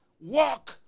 Work